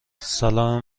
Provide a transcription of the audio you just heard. سلام